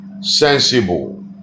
sensible